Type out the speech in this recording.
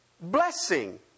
Blessing